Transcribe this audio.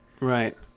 right